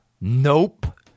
Nope